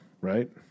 right